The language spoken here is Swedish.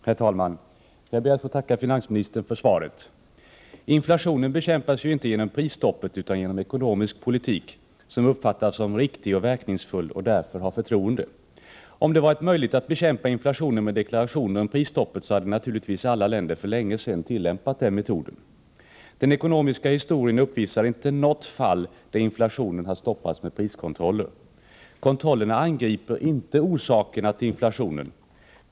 Herr talman! Jag ber att få tacka finansministern för svaret. Inflationen bekämpas ju inte genom prisstopp, utan genom ekonomisk politik som uppfattas som riktig och verkningsfull och som därför har förtroende. Om det hade varit möjligt att bekämpa inflationen genom prisstopp, hade naturligtvis alla länder för länge sedan tillämpat den metoden. Den ekonomiska historien uppvisar inte något fall där inflationen har stoppats med priskontroller. Kontrollerna angriper inte orsakerna till inflationen.